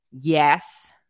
yes